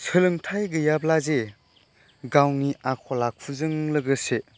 सोलोंथाय गैयाब्ला जे गावनि आखल आखुजों लोगोसे